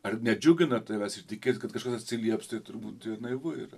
ar nedžiugina tavęs ir tikėt kad kažkas atsilieps tai turbūt naivu yra